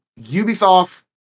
ubisoft